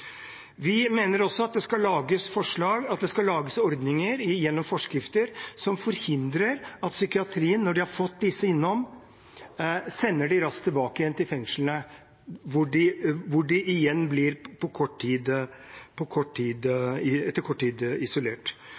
Vi mener også at det skal lages ordninger gjennom forskrifter som forhindrer at psykiatrien, når de har fått disse innom, sender dem raskt tilbake til fengslene, hvor de igjen etter kort tid blir